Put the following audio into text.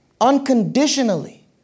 unconditionally